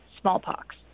smallpox